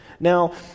Now